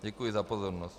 Děkuji za pozornost.